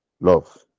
love